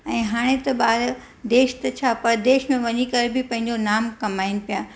ऐं हाणे त ॿार देश त छा परदेश में वञी करे बि पंहिंजो नाम कमाइनि पिया